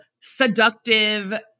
seductive